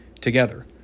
together